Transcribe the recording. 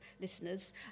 listeners